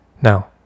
Now